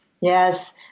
Yes